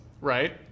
right